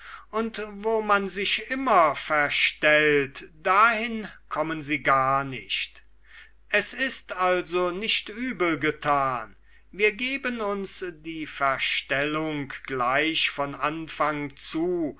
und wo man sich immer verstellt dahin kommen sie gar nicht es ist also nicht übel getan wir geben uns die verstellung gleich von anfang zu